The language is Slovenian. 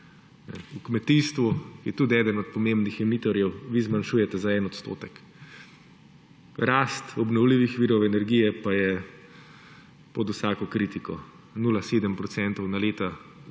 V kmetijstvu, ki je tudi eden od pomembnih emitorjev, vi zmanjšujete za en odstotek. Rast obnovljivih virov energije pa je pod vsako kritiko 0.7-procentna na